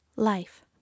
Life